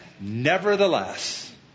Nevertheless